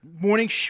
morning